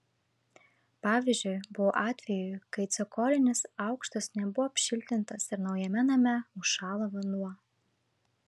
pavyzdžiui buvo atvejų kai cokolinis aukštas nebuvo apšiltintas ir naujame name užšalo vanduo